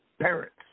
parents